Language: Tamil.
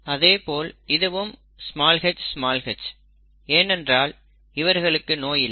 அதே போல் இதுவும் hh ஏனென்றால் இவர்களுக்கு நோய் இல்லை